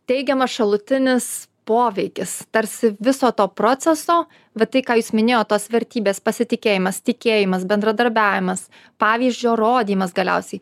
teigiamas šalutinis poveikis tarsi viso to proceso va tai ką jūs minėjot tos vertybės pasitikėjimas tikėjimas bendradarbiavimas pavyzdžio rodymas galiausiai